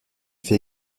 fait